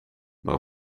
maar